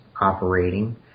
operating